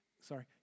Sorry